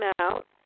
out